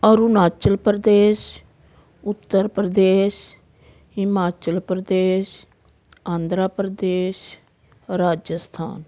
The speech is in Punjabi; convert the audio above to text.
ਅਰੁਣਾਚਲ ਪ੍ਰਦੇਸ਼ ਉੱਤਰ ਪ੍ਰਦੇਸ਼ ਹਿਮਾਚਲ ਪ੍ਰਦੇਸ਼ ਆਂਧਰਾ ਪ੍ਰਦੇਸ਼ ਰਾਜਸਥਾਨ